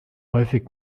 häufig